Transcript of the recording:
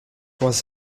was